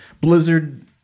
Blizzard